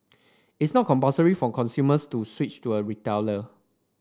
it's not compulsory for consumers to switch to a retailer